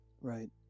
right